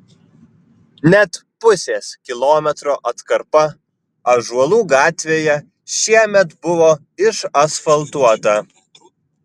net pusės kilometro atkarpa ąžuolų gatvėje šiemet buvo išasfaltuota